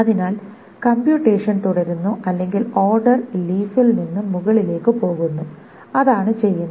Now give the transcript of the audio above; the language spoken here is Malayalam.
അതിനാൽ കമ്പ്യൂട്ടെഷൻ തുടരുന്നു അല്ലെങ്കിൽ ഓർഡർ ലീഫിൽ നിന്നു മുകളിലേക്ക് പോകുന്നു അതാണ് ചെയ്യുന്നത്